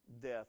death